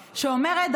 כן, כן.